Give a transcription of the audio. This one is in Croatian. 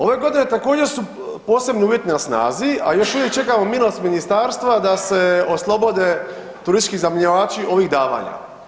Ove godine također su posebni uvjeti na snazi, a još uvijek čekamo milost ministarstva da se oslobode turistički iznajmljivači ovih davanja.